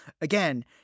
Again